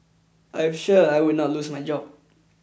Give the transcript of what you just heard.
I'm sure I will not lose my job